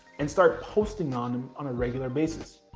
and start posting on them on a regular basis.